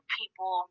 people